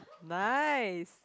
nice